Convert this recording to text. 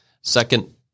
Second